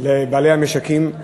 לבעלי המשקים.